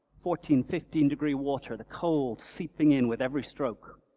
fourteen fifteen degree water the cold seeping in with every stroke.